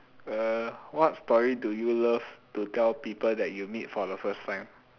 uh what story do you love to tell people that you meet for the first time